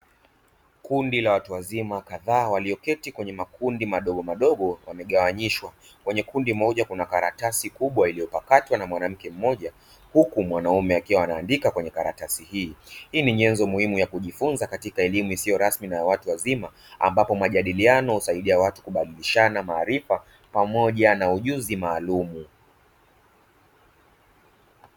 Kundi la watu wazima kadhaa walioketi kwenye makundi madogo madogo wamegawanyishwa, kwenye kundi moja kuna karatasi kubwa iliyopakatwa na mwanamke mmoja huku mwanaume akiwa anaandika kwenye karatasi hii. Hii ni nyenzo muhimu ya kujifunza katika elimu isiyo rasmi na ya watu wazima, ambapo majadaliano husaidia watu kubadilishana maarifa pamoja na ujuzi maalumu.